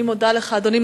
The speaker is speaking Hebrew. אני מודה לך, אדוני.